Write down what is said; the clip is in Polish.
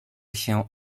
się